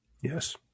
Yes